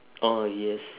orh yes